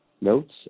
notes